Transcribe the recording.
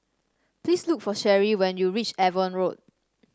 please look for Sheri when you reach Avon Road